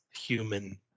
human